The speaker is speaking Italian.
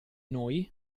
noi